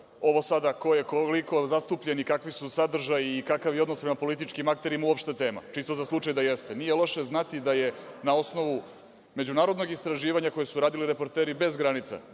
ovo ko je koliko zastupljen i kakvi su sadržaji, kakav je odnos prema političkim akterima uopšte tema. Čisto za slučaj da jeste, nije loše znati da je na osnovu međunarodnog istraživanja koji su radili reporteri bez granica,